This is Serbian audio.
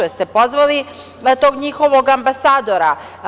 Da li ste pozvali na tog njihovog ambasadora?